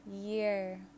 year